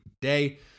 day